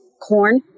corn